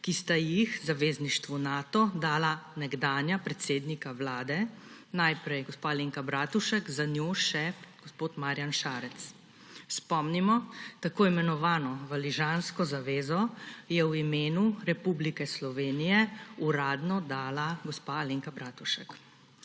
ki sta jih zavezništvu Nato dala nekdanja predsednika vlade, najprej gospa Alenka Bratušek, za njo še gospod Marjan Šarec. Spomnimo, tako imenovano valižansko zavezo je v imenu Republike Slovenije uradno dala gospa Alenka Bratušek.